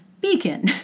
Beacon